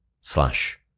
slash